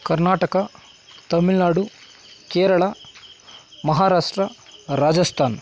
Karnataka Tamil Nadu Kerala Maharashtra Rajasthan